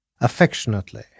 affectionately